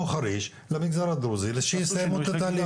חריש למגזר הדרוזי שיסיימו את התהליך.